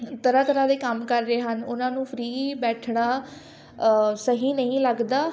ਤਰ੍ਹਾਂ ਤਰ੍ਹਾਂ ਦੇ ਕੰਮ ਕਰ ਰਹੇ ਹਨ ਉਹਨਾਂ ਨੂੰ ਫਰੀ ਬੈਠਣਾ ਸਹੀ ਨਹੀਂ ਲੱਗਦਾ